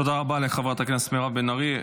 תודה רבה לחברת הכנסת מירב בן ארי.